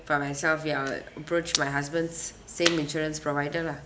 for myself ya I approach my husband's same insurance provider lah